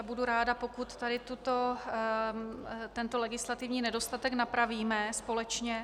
Budu ráda, pokud tento legislativní nedostatek napravíme společně.